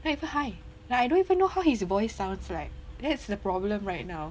like hi like I don't even know how his voice sounds like that's the problem right now